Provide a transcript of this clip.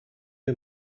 you